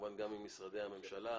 כמובן גם משרדי הממשלה,